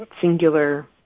singular